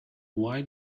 why